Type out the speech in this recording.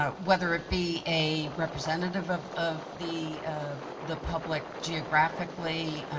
ah whether it be a representative of of the ah the public geographically,